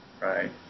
Right